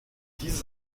dieses